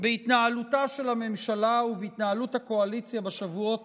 בהתנהלותה של הממשלה ובהתנהלות הקואליציה בשבועות